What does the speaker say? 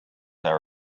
are